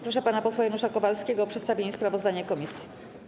Proszę pana posła Janusza Kowalskiego o przedstawienie sprawozdania komisji.